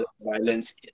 violence